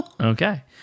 Okay